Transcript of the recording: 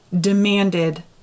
demanded